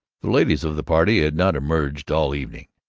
the ladies of the party had not emerged all evening,